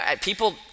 people